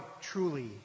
truly